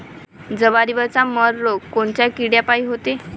जवारीवरचा मर रोग कोनच्या किड्यापायी होते?